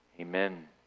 Amen